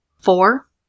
Four